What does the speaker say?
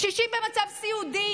קשישים במצב סיעודי